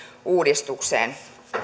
uudistukseen